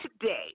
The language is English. today